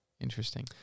interesting